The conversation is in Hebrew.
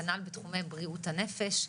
כנ"ל בתחומי בריאות הנפש.